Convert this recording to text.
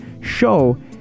show